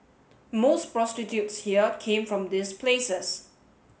most prostitutes here came from these places